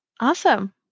Awesome